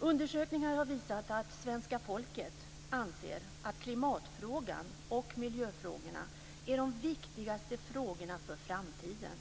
Undersökningar har visat att svenska folket anser att klimatfrågan och miljöfrågorna är de viktigaste frågorna för framtiden.